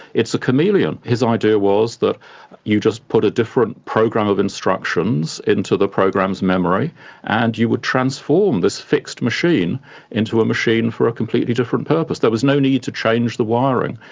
it's a chameleon. his idea was that you just put a different program of instructions into the program's memory and you would transform this fixed machine into a machine for a completely different purpose. there was no need to change the wiring,